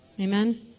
Amen